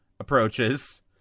approaches